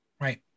Right